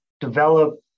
develop